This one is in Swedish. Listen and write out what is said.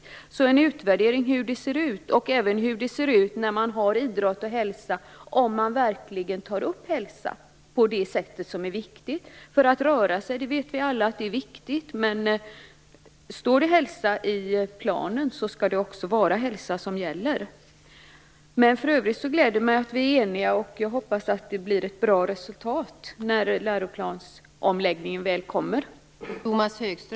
Det behövs en utvärdering av hur undervisningen ser ut. Det gäller också undervisningen i ämnet idrott och hälsa, och om man verkligen tar upp hälsa på det sätt som är viktigt. Vi vet alla att det är viktigt att röra sig. Men står det hälsa i läroplanen, skall det också vara hälsa. För övrigt gläder det mig att vi är eniga. Jag hoppas att det blir ett bra resultat när läroplansomläggningen väl kommer.